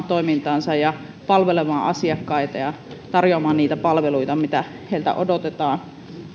toimintaansa ja palvelemaan asiakkaita ja tarjoamaan niitä palveluita mitä heiltä odotetaan